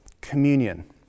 communion